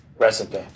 Recipe